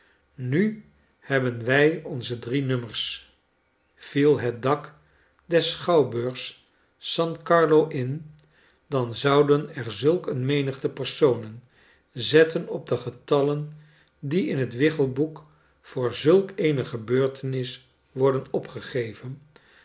nu hebben wij onze drie nummers viel het dak des schouwburgs san carlo in dan zouden er zulk eene menigte personen zetten op de getallen die in het wichelboek voor zulk eene gebeurtenis worden opgegeven